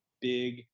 big